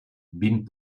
vint